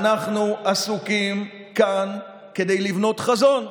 אנחנו עסוקים כאן כדי לבנות חזון,